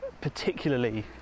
Particularly